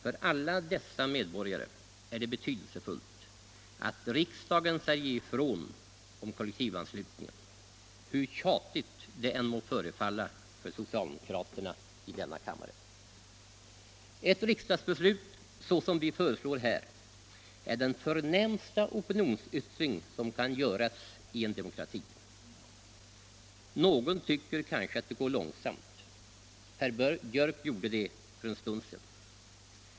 För alla dessa medborgare är det betydelsefullt att riksdagen säger ifrån om kollektivanslutningen, hur tjatigt det än må förefalla för socialdemokraterna i denna kammare. Ett riksdagsbeslut, så som vi föreslår här, är den förnämsta opinionsyttring som kan göras i en demokrati. Någon tycker kanske att det går långsamt. Herr Björck i Nässjö gjorde det nyss.